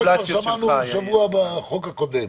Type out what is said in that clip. מנופח, מנופח, זה כבר שמענו בחוק הקודם.